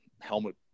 helmet